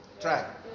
Try